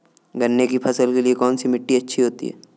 गन्ने की फसल के लिए कौनसी मिट्टी अच्छी होती है?